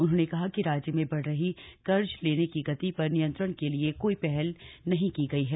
उन्होंने कहा कि राज्य में बढ़ रही कर्ज लेने की गति पर नियंत्रण के लिए कोई पहल नहीं की गई है